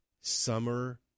summer